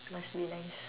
must be nice